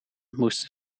moesten